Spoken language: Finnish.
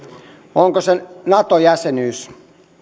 onko se nato jäsenyys